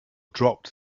dropped